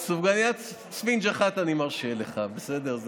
סופגניית ספינג' אחת אני מרשה לך, בסדר?